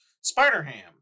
Spider-Ham